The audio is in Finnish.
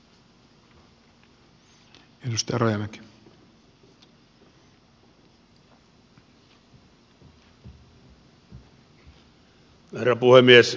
herra puhemies